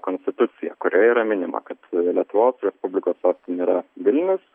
konstitucija kurioj yra minima kad lietuvos respublikos sostinė yra vilnius